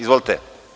Izvolite.